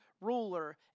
ruler